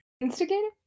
Instigator